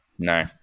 no